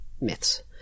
myths